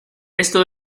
esto